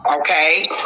Okay